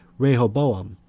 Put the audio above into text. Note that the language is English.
rehoboam,